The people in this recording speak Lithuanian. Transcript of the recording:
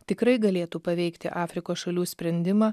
tikrai galėtų paveikti afrikos šalių sprendimą